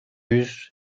yüz